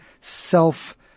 self